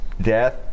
Death